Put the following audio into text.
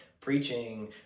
preaching